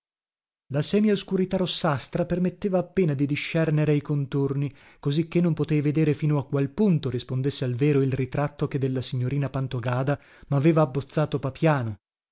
terencio la semioscurità rossastra permetteva appena di discernere i contorni cosicché non potei vedere fino a qual punto rispondesse al vero il ritratto che della signorina pantogada maveva abbozzato papiano